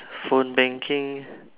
phone banking